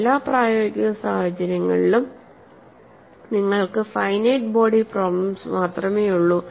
എല്ലാ പ്രായോഗിക സാഹചര്യങ്ങളിലും നിങ്ങൾക്ക് ഫൈനൈറ്റ് ബോഡി പ്രോബ്ലെംസ് മാത്രമേയുള്ളൂ